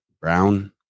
brown